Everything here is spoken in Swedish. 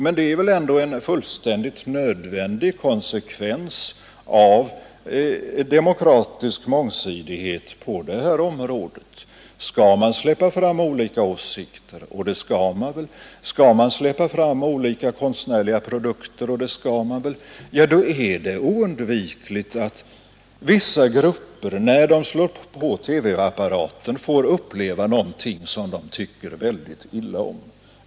Men det är väl ändå en fullständigt nödvändig konsekvens av demokratisk mångsidighet på detta område! Skall man släppa fram olika åsikter — och det skall man väl — och skall man släppa fram olika konstnärliga produkter — det skall man väl — är det oundvikligt att vissa grupper, när de slår på TV-apparaten får uppleva något som de tycker mycket illa om.